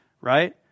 right